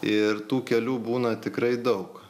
ir tų kelių būna tikrai daug